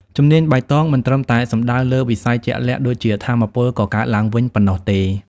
ជំនាញបៃតងមិនត្រឹមតែសំដៅលើវិស័យជាក់លាក់ដូចជាថាមពលកកើតឡើងវិញប៉ុណ្ណោះទេ។